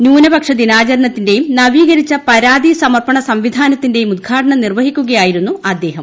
ന്യൂനപക്ഷ ദിനാചരണത്തിന്റെയും നവീകരിച്ച പരാതി സമർപ്പണ സംവിധാനത്തിന്റെയും ഉദ്ഘാടനം നിർവ്വഹിക്കുകയായിരുന്നു അദ്ദേഹം